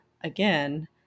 again